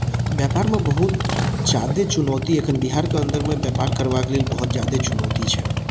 व्यापारमे बहुत जादे चुनौती अखन बिहार कऽ अन्दरमे व्यापार करबाक लेल बहुत जादे चुनौती छै